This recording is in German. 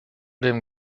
dem